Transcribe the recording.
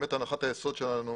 הנחת היסוד שלנו